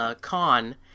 con